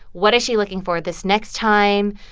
what is she looking for this next time?